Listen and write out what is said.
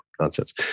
nonsense